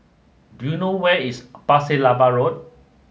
do you know where is Pasir Laba Road